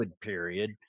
period